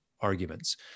arguments